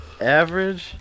Average